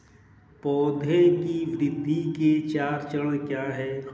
पौधे की वृद्धि के चार चरण क्या हैं?